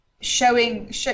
showing